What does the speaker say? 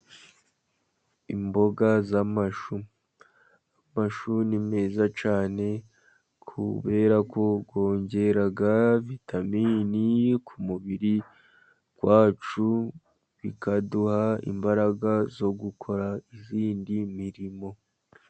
Imboga z'amashu. Amashu ni meza cyane, kuberako yongera vitamini ku mubiri wacu, bikaduha imbaraga zo gukora iyindi mirimo.